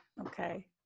Okay